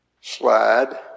slide